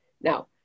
Now